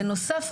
בנוסף,